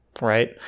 right